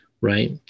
Right